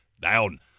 down